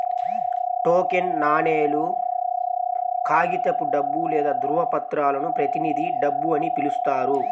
token నాణేలు, కాగితపు డబ్బు లేదా ధ్రువపత్రాలను ప్రతినిధి డబ్బు అని పిలుస్తారు